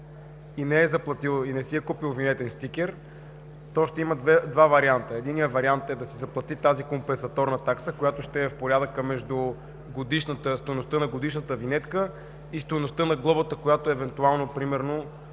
не си е купил винетен стикер, ще има два варианта. Единият вариант е да си заплати тази компенсаторна такса, която ще е в порядъка между стойността на годишната винетка и стойността на глобата, която евентуално примерно